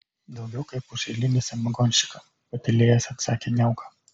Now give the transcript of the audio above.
daugiau kaip už eilinį samagonščiką patylėjęs atsakė niauka